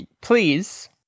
please